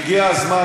הגיע הזמן,